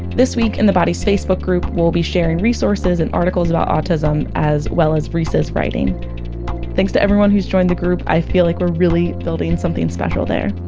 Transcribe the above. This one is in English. this week in the bodies facebook group, we'll be sharing resources and articles about autism, as well as reese's writing thanks to everyone who has joined the group. i feel like we're really building something special there